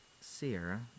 Sierra